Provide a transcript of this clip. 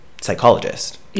psychologist